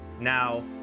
Now